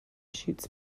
shoots